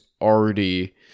already